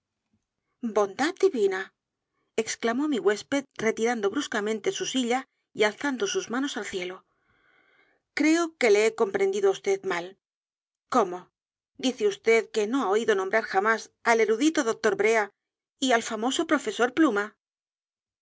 bondad divina exclamó mi huésped retirando bruscamente su silla y alzando sus manos al cielo creo que le he comprendido á vd mal cómo dice vd que no ha oído nombrar jamás al erudito doctor brea y al famoso profesor pluma